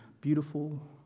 beautiful